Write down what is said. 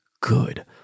good